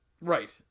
Right